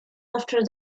after